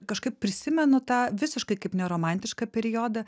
kažkaip prisimenu tą visiškai kaip neromantišką periodą